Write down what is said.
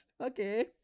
Okay